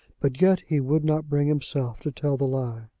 but yet he would not bring himself to tell the lie.